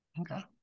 Okay